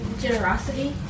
Generosity